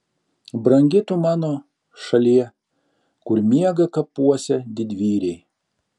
brangi tu mano šalie kur miega kapuose didvyriai